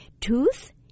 tooth